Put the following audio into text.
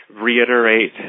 reiterate